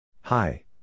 Hi